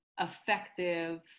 effective